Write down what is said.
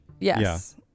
Yes